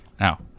Now